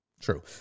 True